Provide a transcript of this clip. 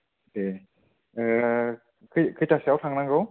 दे खैथासोआव थांनांगौ